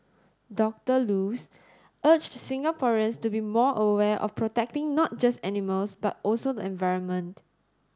Doctor Luz urged Singaporeans to be more aware of protecting not just animals but also the environment